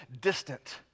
distant